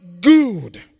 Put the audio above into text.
Good